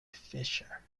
fisher